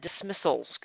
dismissals